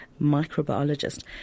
microbiologist